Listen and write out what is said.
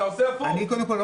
קודם כל,